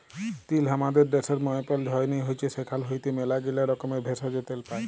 তিল হামাদের ড্যাশের মায়পাল যায়নি হৈচ্যে সেখাল হইতে ম্যালাগীলা রকমের ভেষজ, তেল পাই